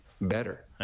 better